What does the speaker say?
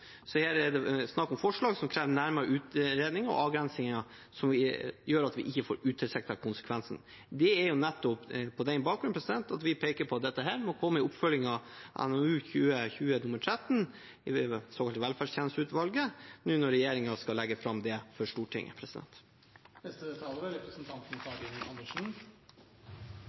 er det snakk om forslag som krever nærmere utredning og avgrensninger, som gjør at vi ikke får utilsiktede konsekvenser. Det er på den bakgrunn vi peker på at dette må komme i oppfølgingen av NOU 2020: 13, fra det såkalte velferdstjenesteutvalget, når regjeringen skal legge den fram for Stortinget. SV mener at barnevern, barnehage og eldreomsorg ikke skal være butikk, og det mener vi er